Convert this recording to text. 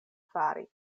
fari